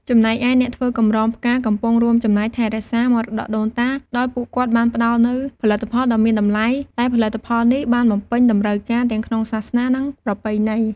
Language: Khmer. ចំណែកឯ អ្នកធ្វើកម្រងផ្កាកំពុងរួមចំណែកថែរក្សាមរតកដូនតា ដោយពួកគាត់បានផ្ដល់នូវផលិតផលដ៏មានតម្លៃ ដែលផលិតផលនេះបានបំពេញតម្រូវទាំងក្នុងសាសនា និងប្រពៃណី។